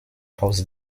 aus